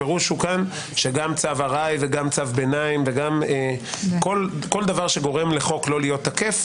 הפירוש הוא שגם צו ארעי וגם צו ביניים וכל דבר שגורם לחוק לא להיות תקף